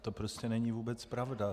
To prostě není vůbec pravda.